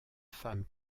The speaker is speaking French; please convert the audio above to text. femme